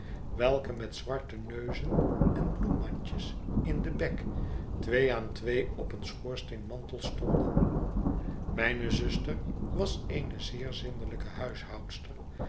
welke met zwarte neuzen en bloemenmandjes in den bek twee aan twee op den schoorsteenmantel stonden mijne zuster was eene zeer